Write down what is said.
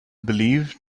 believed